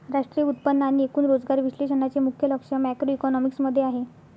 राष्ट्रीय उत्पन्न आणि एकूण रोजगार विश्लेषणाचे मुख्य लक्ष मॅक्रोइकॉनॉमिक्स मध्ये आहे